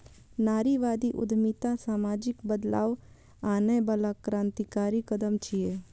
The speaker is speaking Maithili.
नारीवादी उद्यमिता सामाजिक बदलाव आनै बला क्रांतिकारी कदम छियै